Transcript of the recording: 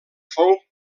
fou